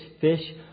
fish